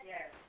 Yes